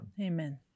Amen